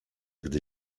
gdy